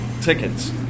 Tickets